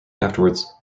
afterwards